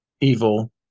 evil